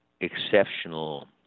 exceptional